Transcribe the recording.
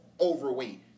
overweight